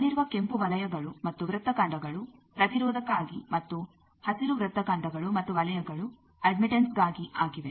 ಅಲ್ಲಿರುವ ಕೆಂಪು ವಲಯಗಳು ಮತ್ತು ವೃತ್ತಖಂಡಗಳು ಪ್ರತಿರೋಧಕ್ಕಾಗಿ ಮತ್ತು ಹಸಿರು ವೃತ್ತಖಂಡಗಳು ಮತ್ತು ವಲಯಗಳು ಅಡ್ಮಿಟ್ಟನ್ಸ್ಗಾಗಿ ಆಗಿವೆ